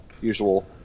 usual